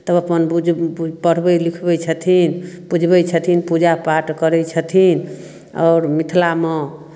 तब अपन बुझ बु पढ़बैत लिखबैत छथिन बुझबैत छथिन पूजापाठ करैत छथिन आओर मिथिलामे